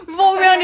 asalkan